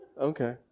Okay